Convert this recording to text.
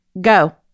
Go